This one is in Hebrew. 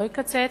לא יקצץ,